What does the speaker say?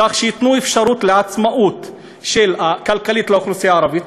כך שייתנו אפשרות לעצמאות כלכלית לאוכלוסייה הערבית.